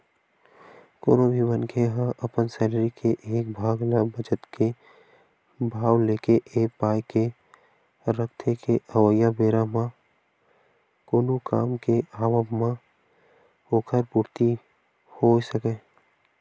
कोनो भी मनखे ह अपन सैलरी के एक भाग ल बचत के भाव लेके ए पाय के रखथे के अवइया बेरा म कोनो काम के आवब म ओखर पूरति होय सकय